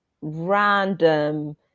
random